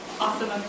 Awesome